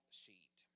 sheet